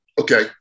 Okay